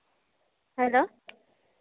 hello